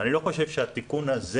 התיקון הזה